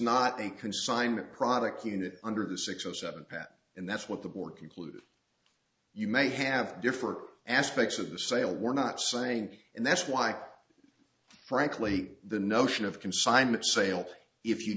not a consignment product unit under the six or seven pat and that's what the board concluded you may have different aspects of the sale we're not saying and that's why frankly the notion of consignment sale if you